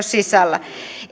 sisällä